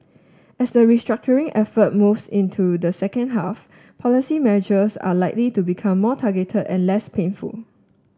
as the restructuring effort moves into the second half policy measures are likely to become more targeted and less painful